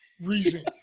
reason